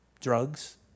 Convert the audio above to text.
drugs